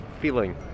feeling